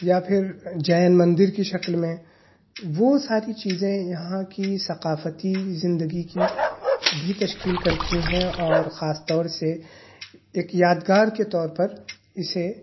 یا پھر جین مندر کی شکل میں وہ ساری چیزیں یہاں کی ثقافتی زندگی کی بھی تشکیل کرتی ہیں اور خاص طور سے ایک یادگار کے طور پر اسے